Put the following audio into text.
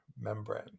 membrane